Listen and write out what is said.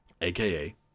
AKA